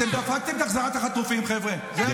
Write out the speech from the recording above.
אתם דפקתם את החזרת החטופים, חבר'ה, זה הכול.